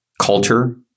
Culture